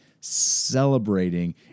celebrating